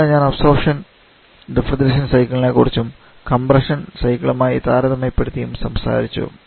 ഇന്ന് ഞാൻ absorption refrigeration സൈക്കിളിനെക്കുറിച്ചും അതിന്റെ പ്രാഥമിക സവിശേഷതകളെക്കുറിച്ചും കംപ്രഷൻ സൈക്കിളുമായി താരതമ്യപ്പെടുത്തിയും സംസാരിച്ചു